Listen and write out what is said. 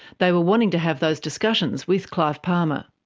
they were wanting to have those discussions with clive palmer.